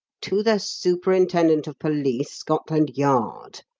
to the superintendent of police, scotland yard,